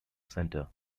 center